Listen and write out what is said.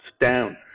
down